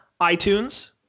iTunes